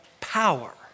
power